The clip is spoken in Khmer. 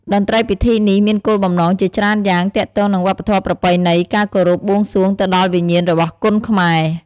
តន្ត្រីពិធីនេះមានគោលបំណងជាច្រើនយ៉ាងទាក់ទងនឹងវប្បធម៌ប្រពៃណី ការគោរព បួងសួងទៅដល់វិញ្ញាណរបស់គុនខ្មែរ។